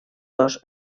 dos